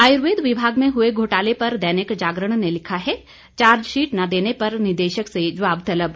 आयुर्वेद विभाग में हुए घोटाले पर दैनिक जागरण ने लिखा है चार्जशीट न देने पर निदेशक से जवाब तलब